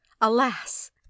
Alas